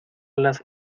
las